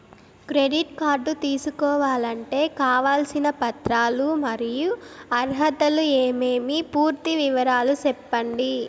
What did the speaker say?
Credit card తీసుకోవాలంటే కావాల్సిన పత్రాలు మరియు అర్హతలు ఏమేమి పూర్తి వివరాలు సెప్పండి?